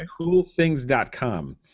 CoolThings.com